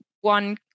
one